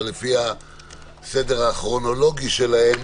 אבל לפי הסדר הכרונולוגי שלהם: